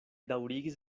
daŭrigis